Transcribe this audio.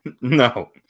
No